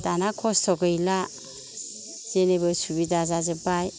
दाना खस्थ' गैला जेनिबो सुबिदा जाजोबबाय